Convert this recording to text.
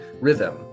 rhythm